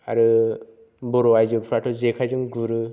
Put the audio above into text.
आरो बर' आयजोफ्राथ' जेखायजों गुरो